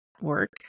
work